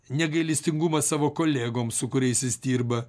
negailestingumą savo kolegoms su kuriais jis dirba